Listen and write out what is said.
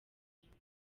umutwe